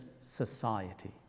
Society